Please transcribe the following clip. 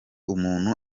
umuntu